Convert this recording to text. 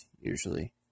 Usually